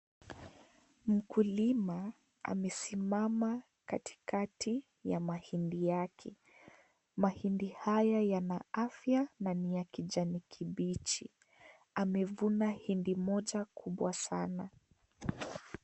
Mkulima amesimama katikati ya mahindi yake, mahindi haya yana afya na ni ya kijani kibichi. Amevuna mahindi moja kubwa Sana.